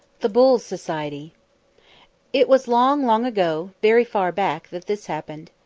the bulls society it was long, long ago, very far back, that this happened.